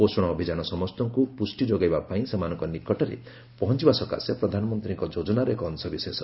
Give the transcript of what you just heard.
ପୋଷଣ ଅଭିଯାନ ସମସ୍ତଙ୍କ ପ୍ରଷ୍ଟି ଯୋଗାଇବା ପାଇଁ ସେମାନଙ୍କ ନିକଟରେ ପହଞ୍ଚବା ସକାଶେ ପ୍ରଧାନମନ୍ତ୍ରୀଙ୍କ ଯୋଜନାର ଏକ ଅଂଶ ବିଶେଷ